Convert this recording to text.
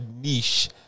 niche